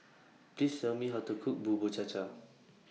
Please Tell Me How to Cook Bubur Cha Cha